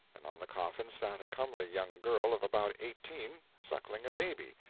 and on the coffin sat a comely young girl of about eighteen suckling a baby,